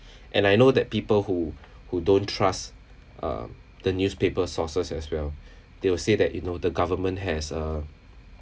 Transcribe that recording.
and I know that people who who don't trust um the newspaper sources as well they will say that you know the government has uh